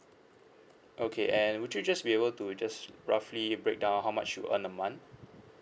okay and would you just be able to just roughly break down how much you earn a month